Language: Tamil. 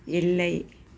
இல்லை